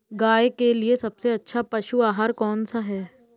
गाय के लिए सबसे अच्छा पशु आहार कौन सा है?